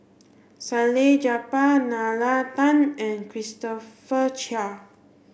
Salleh Japar Nalla Tan and Christopher Chia